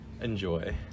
enjoy